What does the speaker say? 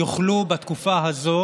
יוכלו בתקופה הזו